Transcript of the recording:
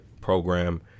program